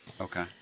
Okay